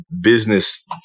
business